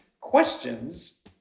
questions